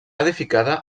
edificada